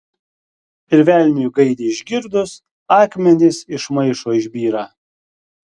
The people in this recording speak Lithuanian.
ir velniui gaidį išgirdus akmenys iš maišo išbyra